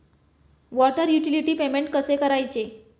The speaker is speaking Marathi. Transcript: वॉटर युटिलिटी पेमेंट कसे करायचे?